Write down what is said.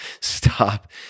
stop